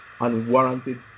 unwarranted